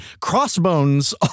crossbones